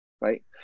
right